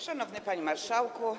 Szanowny Panie Marszałku!